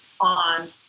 on